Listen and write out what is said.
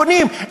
בונים,